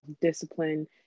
discipline